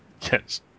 Yes